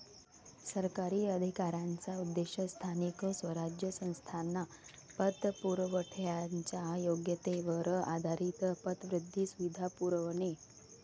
सरकारी अधिकाऱ्यांचा उद्देश स्थानिक स्वराज्य संस्थांना पतपुरवठ्याच्या योग्यतेवर आधारित पतवृद्धी सुविधा पुरवणे